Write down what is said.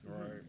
Right